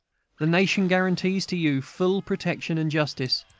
the nation guarantees to you full protection and justice,